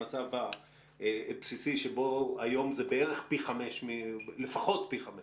המצב הבסיסי שבו היום זה לפחות פי חמש